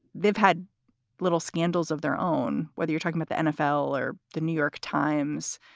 they've had little scandals of their own, whether you're talking with the nfl or the new york times.